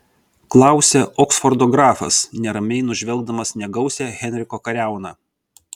klausia oksfordo grafas neramiai nužvelgdamas negausią henriko kariauną